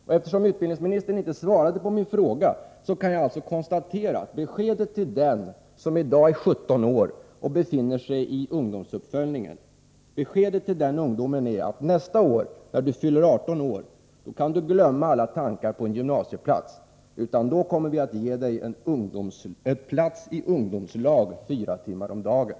Och eftersom utbildningsministern inte svarade på den fråga jag tidigare ställde konstaterar jag, att beskedet till den som i dag är 17 år och befinner sig iungdomsuppföljningen måste bli att nästa år, när du fyller 18, kan du släppa alla tankar på en gymnasieplats — då kommer vi att ge dig en plats i ungdomslag fyra timmar om dagen.